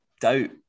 doubt